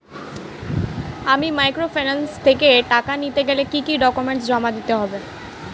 আমি মাইক্রোফিন্যান্স থেকে টাকা নিতে গেলে কি কি ডকুমেন্টস জমা দিতে হবে?